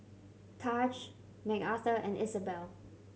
Tahj Mcarthur and Isabell